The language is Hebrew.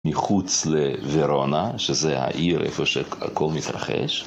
מחוץ לורונה, שזה העיר איפה הכל מתרחש.